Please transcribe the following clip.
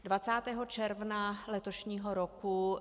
Dvacátého června letošního roku